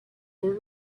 were